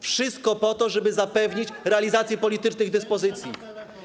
Wszystko po to, żeby zapewnić realizację politycznych dyspozycji.